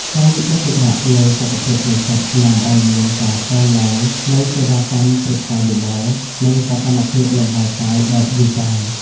ការយកចិត្តទុកដាក់លើ "សុខភាពផ្លូវចិត្ត" នាំឱ្យមានការកើនឡើងនៃសេវាកម្មប្រឹក្សាយោបល់ និងសកម្មភាពលំហែកាយបែបយូហ្គា។